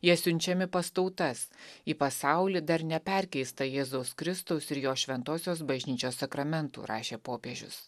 jie siunčiami pas tautas į pasaulį dar neperkeistą jėzaus kristaus ir jo šventosios bažnyčios sakramentų rašė popiežius